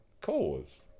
cause